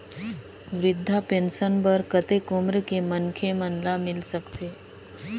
वृद्धा पेंशन बर कतेक उम्र के मनखे मन ल मिल सकथे?